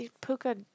Puka